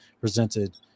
presented